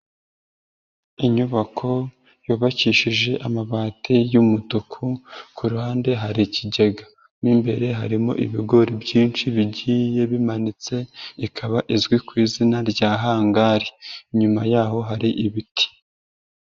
Inyubako yubakishije amabati y'umutuku, ku ruhande hari ikigega. Mo imbere harimo ibigori byinshi bigiye bimanitse, ikaba izwi ku izina rya hangari. Inyuma yaho hari ibiti.